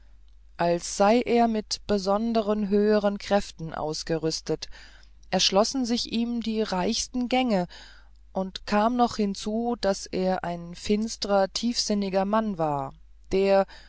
als sei er mit besonderer höherer kraft ausgerüstet erschlossen sich ihm die reichsten gänge und kam noch hinzu daß er ein finstrer tiefsinniger mann war der